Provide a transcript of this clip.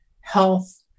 health